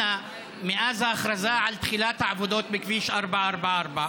מאז ההכרזה על תחילת העבודות בכביש 444,